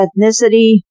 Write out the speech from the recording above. ethnicity